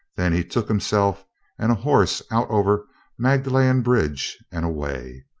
then he took himself and a horse out over magdalen bridge and away.